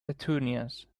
petunias